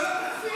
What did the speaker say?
אז שלא תצביע.